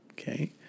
Okay